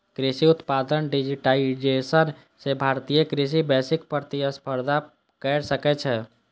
कृषि उत्पाद के डिजिटाइजेशन सं भारतीय कृषि वैश्विक प्रतिस्पर्धा कैर सकै छै